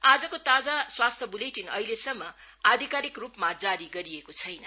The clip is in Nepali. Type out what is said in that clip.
आजको ताजा स्वास्थ्य बुलेटिन अहिलेसम्म आधिकारिक रूपमा जारी गरिएको छैन